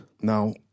now